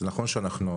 נכון שאנחנו